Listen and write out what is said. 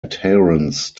adherence